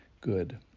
good